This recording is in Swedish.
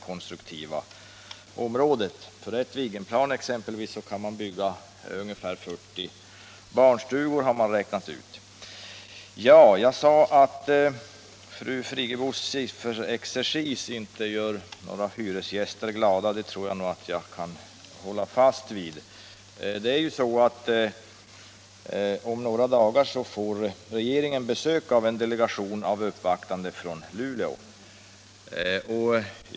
Kostnaden för exempelvis ett Viggenplan räcker till att bygga ungefär 40 barnstugor, har man räknat ut. Jag sade att fru Friggebos sifferexercis inte gör några hyresgäster glada. Det tror jag att jag kan hålla fast vid. Om några dagar får regeringen besök av en delegation från Luleå.